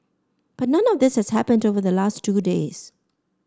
but none of this has happened over the last two days